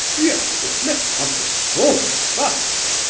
yes, but let's have the story first!